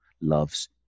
loves